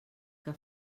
que